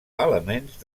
elements